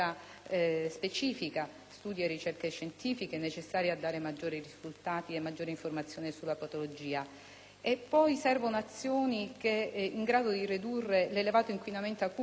studi e ricerche scientifiche necessari a dare maggiori risultati ed informazioni in merito a tale patologia. Servono poi azioni in grado di ridurre l'elevato inquinamento acustico ambientale,